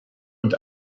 und